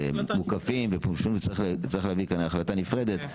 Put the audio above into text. צריך להביא כאן החלטה נפרדת,